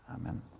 Amen